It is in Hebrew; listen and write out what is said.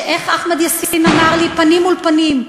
איך אחמד יאסין אמר לי פנים מול פנים,